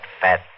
fat